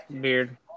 Beard